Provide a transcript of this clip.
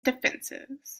defenses